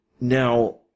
Now